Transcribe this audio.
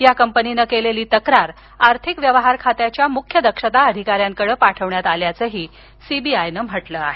या कंपनीनं केलेली तक्रार आर्थिक व्यवहार खात्याच्या मुख्य दक्षता अधिकाऱ्याकडं पाठवण्यात आल्याचंही सीबीआयनं म्हटलं आहे